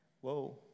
Whoa